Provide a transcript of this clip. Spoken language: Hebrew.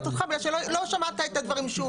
אותך בגלל שלא שמעת את הדברים שוב.